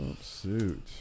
suit